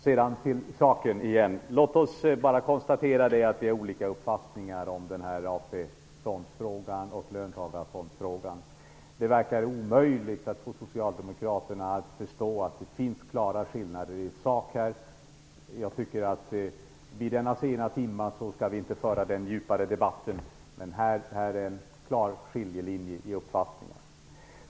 Så till saken igen. Låt oss bara konstatera att vi har olika uppfattningar i AP-fondsfrågan och i löntagarfondsfrågan. Det verkar vara omöjligt att få socialdemokraterna att förstå att det finns klara skillnader i sak här. Men jag tycker att vi denna sena timme inte skall föra en djupare debatt om det. Här föreligger dock en klar skiljelinje mellan våra uppfattningar.